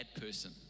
person